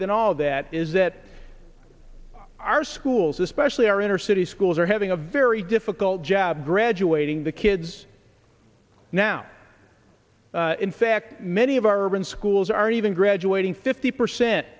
than all of that is that our schools especially our inner city schools are having a very difficult job graduating the kids now in fact many of our urban schools are even graduating fifty percent